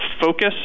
focus